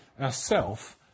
ourself